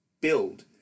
build